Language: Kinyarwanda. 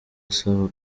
asaba